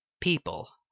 people